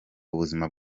ubuzima